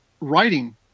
writing